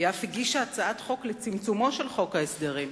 היא אף הגישה הצעת חוק לצמצומו של חוק ההסדרים,